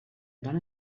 gran